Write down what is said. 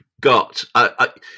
got